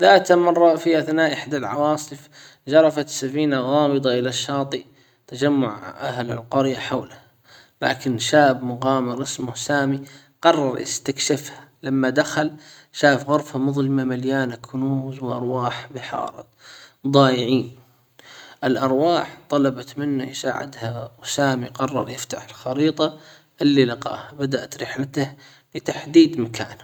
ذات مرة في اثناء احدى العواصف جرفت سفينة غامضة الى الشاطئ تجمع اهل القرية حولها لكن شاب مقامر اسمه سامي قرر يستكشفه لما دخل شاف غرفة مظلمة مليانة كنوز وارواح بحارة ضايعين الارواح طلبت منه يساعدها وسامي قرر يفتح الخريطة اللي لقاها بدأت رحلته بتحديد مكانه.